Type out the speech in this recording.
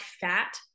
fat